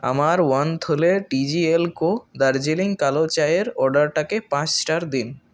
আমার ওয়ান থলে TGL co Darjeeling কালো চায়ের অর্ডারটিকে পাঁচ স্টার দিন